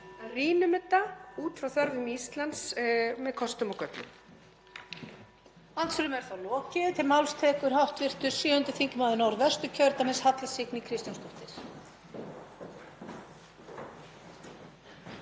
rýnum þetta út frá þörfum Íslands með kostum og göllum.